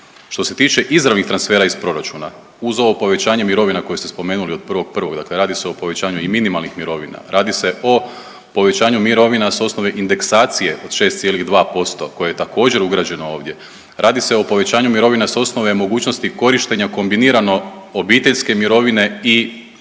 Što se tiče izravnih transfera iz proračuna, uz ovo povećanje mirovina koje ste spomenuli od 1.1., dakle radi se o povećanju i minimalnih mirovina, radi se o povećanju mirovina s osnova indeksacije od 6,2% koje je također, ugrađeno ovdje, radi se o povećanju mirovina s osnove mogućnosti korištenja kombinirano obiteljske mirovine i